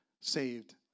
saved